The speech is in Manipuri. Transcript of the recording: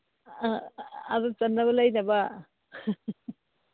ꯑꯥ ꯑꯗꯨ ꯆꯟꯅꯕ ꯂꯩꯅꯕ